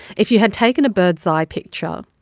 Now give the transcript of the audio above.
if you had taken a bird's eye picture,